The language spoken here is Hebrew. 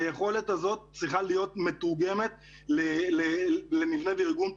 היכולת הזאת צריכה להיות מתורגמת למבנה ולארגון,